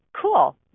cool